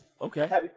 okay